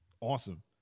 awesome